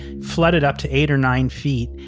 flooded up to eight or nine feet,